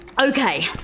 okay